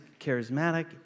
charismatic